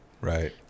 Right